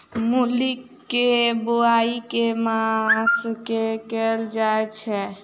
मूली केँ बोआई केँ मास मे कैल जाएँ छैय?